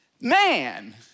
man